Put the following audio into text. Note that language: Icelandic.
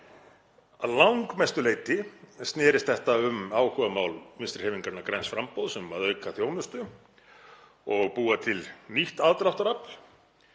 Að langmestu leyti snerist þetta um áhugamál Vinstrihreyfingarinnar – græns framboðs um að auka þjónustu og búa til nýtt aðdráttarafl